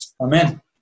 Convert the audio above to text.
Amen